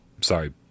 sorry